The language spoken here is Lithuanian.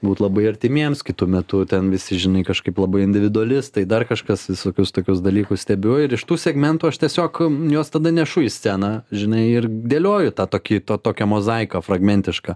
būt labai artimiems kitu metu ten visi žinai kažkaip labai individualistai dar kažkas visokius tokius dalykus stebiu ir iš tų segmentų aš tiesiog juos tada nešu į sceną žinai ir dėlioju tą tokį tą tokią mozaiką fragmentišką